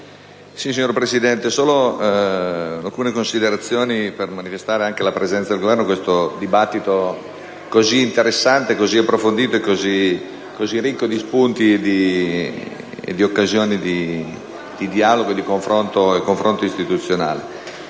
Signor Presidente, solo alcune considerazioni per manifestare anche la presenza del Governo a questo dibattito, così interessante, approfondito e ricco di spunti e di occasioni di dialogo e confronto istituzionale.